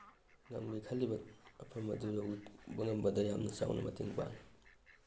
ꯉꯝꯒꯦ ꯈꯜꯂꯤꯕ ꯃꯐꯝ ꯑꯗꯨ ꯌꯧꯕ ꯉꯝꯕꯗ ꯌꯥꯝꯅ ꯆꯥꯎꯅ ꯃꯇꯦꯡ ꯄꯥꯡꯉꯤ